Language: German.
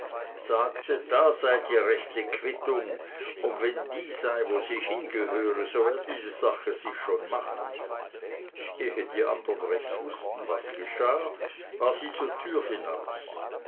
sagte das sei die rechte quittung und wenn die sei wo sie hingehöre so werde die sache sich schon machen ehe die andern recht wußten was geschah war sie zur türe hinaus